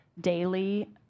daily